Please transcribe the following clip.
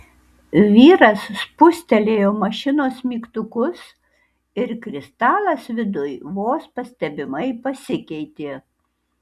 vyras spustelėjo mašinos mygtukus ir kristalas viduj vos pastebimai pasikeitė